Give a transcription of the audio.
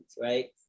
right